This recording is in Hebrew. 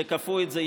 שכפו את זה,